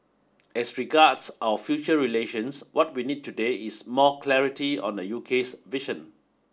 as regards our future relations what we need today is more clarity on the UK's vision